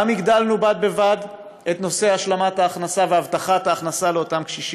וגם הגדלנו בד בבד את השלמת ההכנסה והבטחת ההכנסה לאותם קשישים,